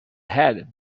head